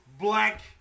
black